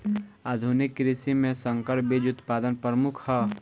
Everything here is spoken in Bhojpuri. आधुनिक कृषि में संकर बीज उत्पादन प्रमुख ह